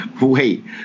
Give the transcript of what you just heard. Wait